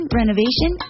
renovation